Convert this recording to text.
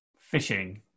Fishing